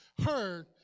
Heard